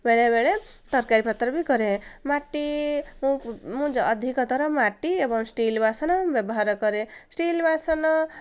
ବେଳେବେଳେ ତରକାରୀ ପତ୍ର ବି କରେ ମାଟି ମୁଁ ମୁଁ ଅଧିକତଥର ମାଟି ଏବଂ ଷ୍ଟିଲ ବାସନ ବ୍ୟବହାର କରେ ଷ୍ଟିଲ ବାସନ